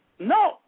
No